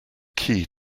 key